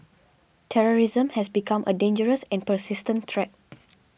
terrorism has become a dangerous and persistent threat